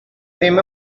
ddim